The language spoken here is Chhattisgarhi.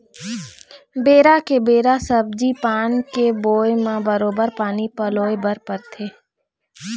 बेरा के बेरा सब्जी पान के बोए म बरोबर पानी पलोय बर परथे